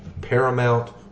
paramount